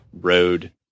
road